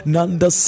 Nanda